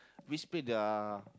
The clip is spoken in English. which dah